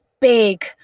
big